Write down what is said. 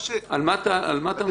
על מה אתה מדבר?